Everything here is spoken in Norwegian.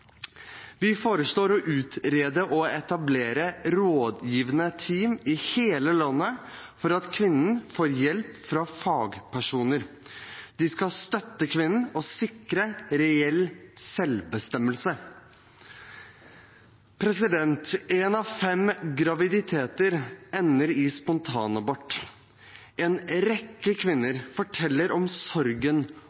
Vi foreslår å utrede og etablere rådgivende team i hele landet for at kvinnen skal få hjelp fra fagpersoner. De skal støtte kvinnen og sikre reell selvbestemmelse. Én av fem graviditeter ender i spontanabort. En rekke kvinner